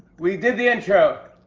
we did the intro.